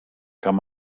kann